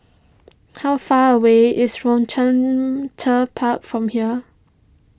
how far away is Rochester Park from here